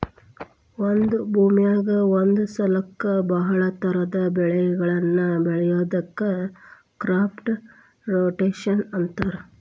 ಒಂದ ಭೂಮಿಯಾಗ ಒಂದ ಸಲಕ್ಕ ಬಹಳ ತರಹದ ಬೆಳಿಗಳನ್ನ ಬೆಳಿಯೋದಕ್ಕ ಕ್ರಾಪ್ ರೊಟೇಷನ್ ಅಂತಾರ